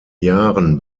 jahren